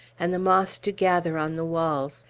and the moss to gather on the walls,